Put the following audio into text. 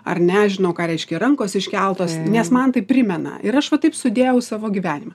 ar ne aš žinau ką reiškia rankos iškeltos nes man tai primena ir aš va taip sudėjau savo gyvenimą